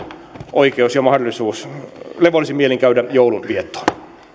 oikeus ja mahdollisuus levollisin mielin käydä joulun viettoon